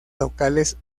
locales